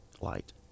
light